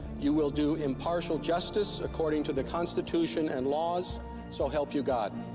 you will do impartial justice, according to the constitution and laws so help you god?